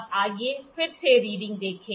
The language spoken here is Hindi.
अब आइए फिर से रीडिंग देखें